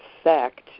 effect